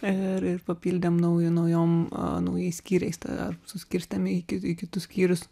ir ir papildėm nauju naujom naujais skyriais tą ar suskirstėm į į kitus skyrius